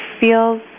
feels